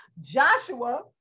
Joshua